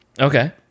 Okay